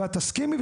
ואת תסכימי?